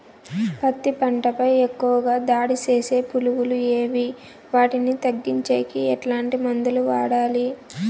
పత్తి పంట పై ఎక్కువగా దాడి సేసే పులుగులు ఏవి వాటిని తగ్గించేకి ఎట్లాంటి మందులు వాడాలి?